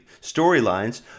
storylines